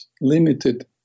limited